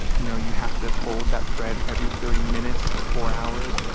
you know, you have to fold that bread every thirty minutes for four hours,